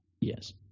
Yes